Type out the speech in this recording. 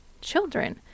children